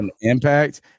impact